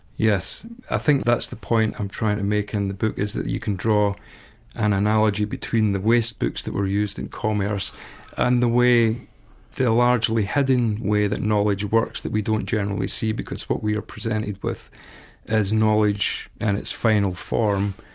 yes. i think that's the point i'm trying to make in the book, is that you can draw an analogy between the waste books that were used in commerce and the way the largely hidden way that knowledge works that we don't generally see, because what we are presented with is knowledge in and its final form,